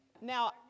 now